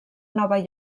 nova